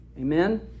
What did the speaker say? Amen